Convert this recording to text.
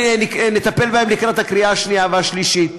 שנטפל בהם לקראת קריאה שנייה ושלישית.